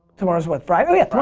tomorrow's what, friday? and